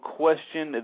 question